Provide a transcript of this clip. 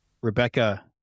Rebecca